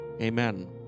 Amen